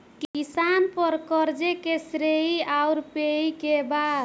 किसान पर क़र्ज़े के श्रेइ आउर पेई के बा?